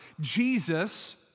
Jesus